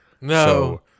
No